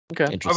okay